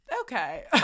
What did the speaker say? okay